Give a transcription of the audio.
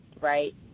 right